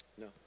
No